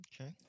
Okay